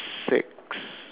six